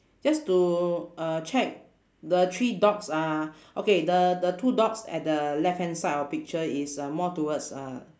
just to uh check the three dogs uh okay the the two dogs at the left hand side of picture is uh more towards uh